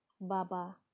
Baba